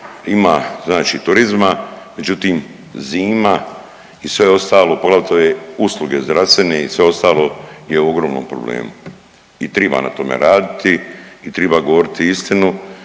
ima znači turizma, međutim zima i sve ostalo poglavito je usluge zdravstvene i sve ostalo je u ogromnom problemu. I triba na tome raditi i triba govoriti istinu